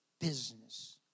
business